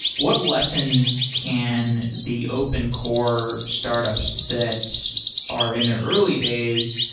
what lessons can the open core startups that are in their early days,